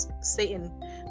Satan